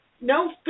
no